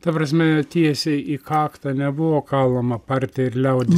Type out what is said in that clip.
ta prasme tiesiai į kaktą nebuvo kalama partija ir liaudis